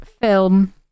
film